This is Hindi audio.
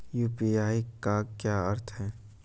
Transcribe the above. यू.पी.आई का क्या अर्थ है?